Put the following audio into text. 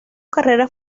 carrera